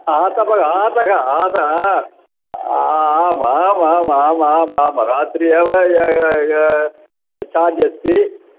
आतप आतपः आतपः आ आम् आम् आम् आम् आम् आम् रात्रौ एव चार्ज् अस्ति